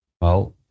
Well-